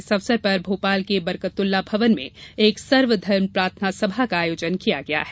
इस अवसर पर भोपाल के बरकतउल्ला भवन में एक सर्वधर्म प्रार्थना सभा का आयोजन किया गया है